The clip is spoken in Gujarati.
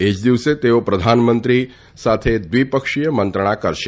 એ જ દિવસે તેઓ પ્રધાનમંત્રી સાથે દ્વિપક્ષી મંત્રણા કરશે